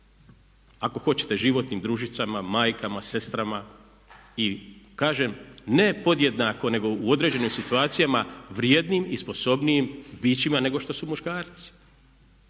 ako hoćete životnim družicama, majkama, sestrama i kažem ne podjednako nego u određenim situacijama vrijednim i sposobnijim bićima nego što su muškarci.